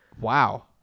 Wow